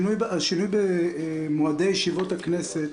השינוי במועדי ישיבות הכנסת